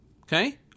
Okay